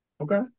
Okay